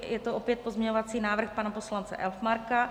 Je to opět pozměňovací návrh pana poslance Elfmarka.